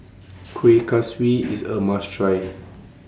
Kuih Kaswi IS A must Try